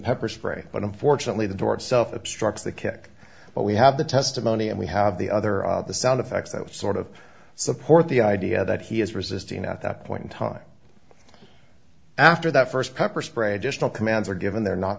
pepper spray but unfortunately the door itself obstruct the kick but we have the testimony and we have the other the sound effects that sort of support the idea that he is resisting at that point in time after that st pepper spray additional commands are given they're not